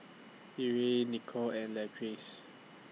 Erie Nicole and Leatrice